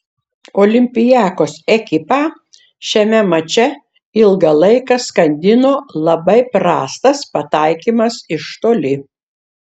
olympiakos ekipą šiame mače ilgą laiką skandino labai prastas pataikymas iš toli